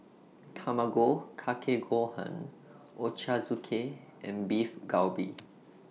Tamago Kake Gohan Ochazuke and Beef Galbi